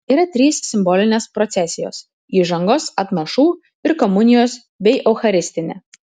yra trys simbolinės procesijos įžangos atnašų ir komunijos bei eucharistinė